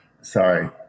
Sorry